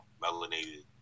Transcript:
melanated